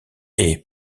est